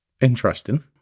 interesting